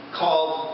called